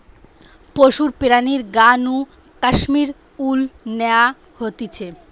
পশুর প্রাণীর গা নু কাশ্মীর উল ন্যাওয়া হতিছে